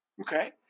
Okay